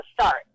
start